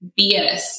BS